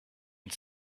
and